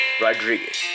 Rodriguez